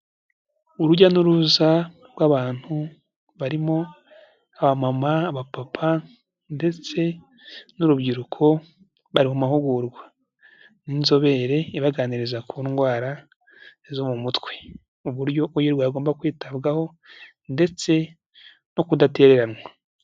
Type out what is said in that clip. Urujya n'uruza rw'abantu barimo abamama, abapapa ndetse n'urubyiruko bari mu mahugurwa n'inzobere ibaganiriza ku ndwara zo mu mutwe, uburyo uyirwaye agomba kwitabwaho ndetse no kudatereranwa.